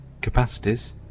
capacities